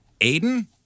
Aiden